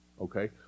Okay